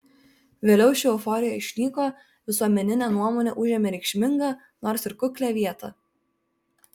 vėliau ši euforija išnyko visuomeninė nuomonė užėmė reikšmingą nors ir kuklią vietą